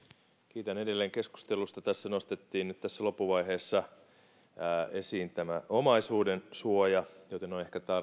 kiitän edelleen keskustelusta nyt tässä loppuvaiheessa nostettiin esiin tämä omaisuudensuoja joten on ehkä